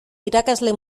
irakasle